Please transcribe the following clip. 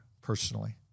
personally